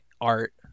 art